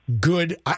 good